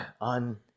on